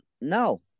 No